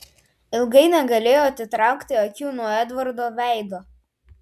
ilgai negalėjau atitraukti akių nuo edvardo veido